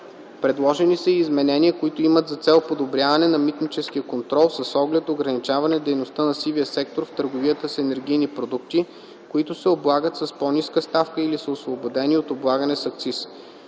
Предложени са и изменения, които имат за цел подобряване на митническия контрол с оглед ограничаване дейността на сивия сектор в търговията с енергийни продукти, които се облагат с по-ниска ставка или са освободени от облагане с акциз.